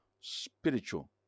spiritual